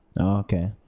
Okay